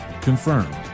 Confirmed